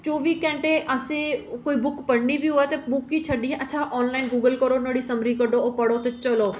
चौह्बी घैंटे असें कोई बुक पढ़नी बी होऐ ते अच्छा ऑनलाइन गूगल करो नुहाड़ी समरी कड्ढो पढ़ो ते चलो